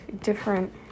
different